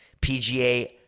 pga